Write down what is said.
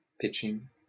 pitching